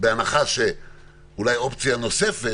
אולי אופציה נוספת,